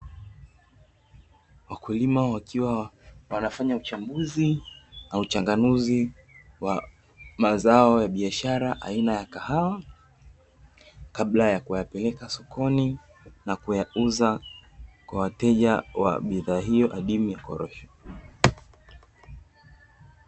Wakulima wakiwa wanafanya uchambuzi au uchanganuzi wa mazao ya biashara aina ya kahawa, kabla ya kuyapeleka sokoni na kuyauza kwa wateja wa bidhaa hiyo adimu ya kahawa.